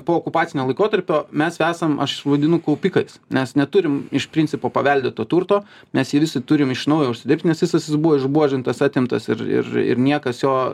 po okupacinio laikotarpio mes esam aš vadinu kaupikais mes neturim iš principo paveldėto turto mes jį visi turim iš naujo užsidirbt nes visas jis buvo išbuožintas atimtas ir ir ir niekas jo